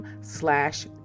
slash